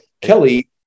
Kelly